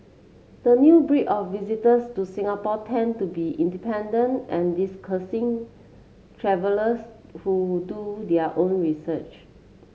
the new breed of visitors to Singapore tend to be independent and travellers who do their own research